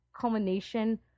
culmination